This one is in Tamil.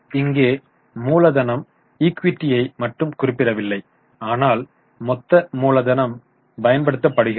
இங்கே மூலதனம் ஈக்விட்டியை மட்டும் குறிப்பிடவில்லை ஆனால் மொத்த மூலதனம் பயன்படுத்தப்படுகிறது